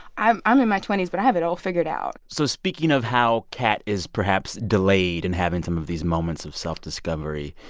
i'm i'm in my twenty s, but i have it all figured out so speaking of how kat is perhaps delayed in having some of these moments of self-discovery,